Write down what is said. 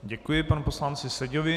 Děkuji panu poslanci Seďovi.